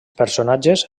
personatges